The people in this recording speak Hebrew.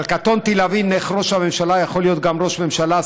אבל קטונתי מלהבין איך ראש הממשלה יכול להיות ראש ממשלה,